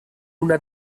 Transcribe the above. una